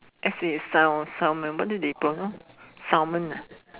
S A is sal~ Salmon what do they pronounce Salmon ah